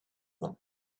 them